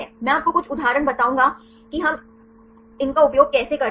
मैं आपको कुछ उदाहरण बताऊंगा कि हम इनका उपयोग कैसे करते हैं